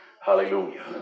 hallelujah